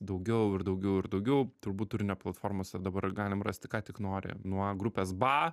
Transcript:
daugiau ir daugiau ir daugiau turbūt turinio platformose ir dabar galim rasti ką tik nori nuo grupės ba